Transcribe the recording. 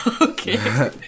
Okay